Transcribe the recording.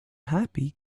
happy